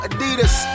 Adidas